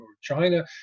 China